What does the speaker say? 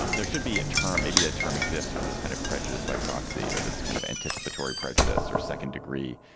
um there should be a term maybe that term exists for this kind of prejudice by proxy or this kind of anticipatory prejudice or second degree,